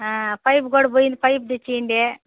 pipe కూడా పోయింది pipe తెచ్చివండి